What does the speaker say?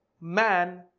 man